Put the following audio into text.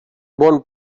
bon